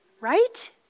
right